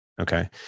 Okay